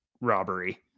robbery